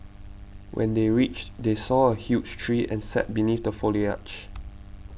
when they reached they saw a huge tree and sat beneath the foliage